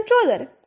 controller